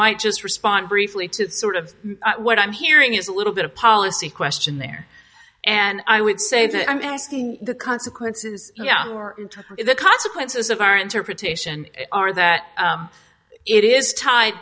might just respond briefly to sort of what i'm hearing is a little bit of policy question there and i would say that i'm asking the consequences or the consequences of our interpretation are that it is tied